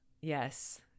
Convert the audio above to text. Yes